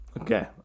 Okay